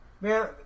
Man